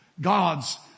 God's